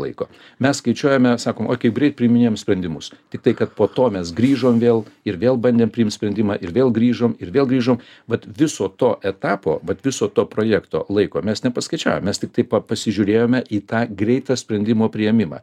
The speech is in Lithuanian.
laiko mes skaičiuojame sakom okei greit priiminėjam sprendimus tiktai kad po to mes grįžom vėl ir vėl bandom priimti sprendimą ir vėl grįžom ir vėl grįžom vat viso to etapo vat viso to projekto laiko mes nepaskaičiuojam mes tiktai pa pasižiūrėjome į tą greitą sprendimo priėmimą